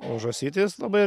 o žąsytės labai